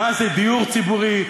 מה זה דיור ציבורי,